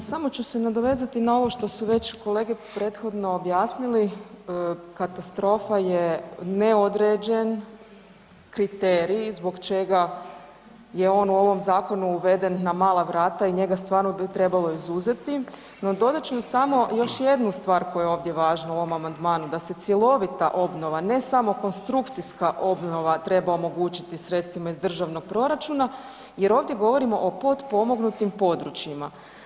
Pa samo ću se nadovezati na ovo što su već kolege prethodno objasnili, katastrofa je neodređen kriterij zbog čega je on u ovom zakonu uveden na mala vrata i njega stvarno bi trebalo izuzeti no dodat ću samo još jednu stvar koja je ovdje važna u ovom amandmanu, da se cjelovita obnova ne samo konstrukcija obnova, treba omogućiti sredstvima iz državnog proračuna jer ovdje govorimo o potpomognutim područjima.